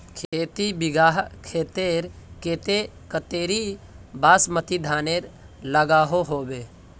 खेती बिगहा खेतेर केते कतेरी बासमती धानेर लागोहो होबे?